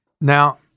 Now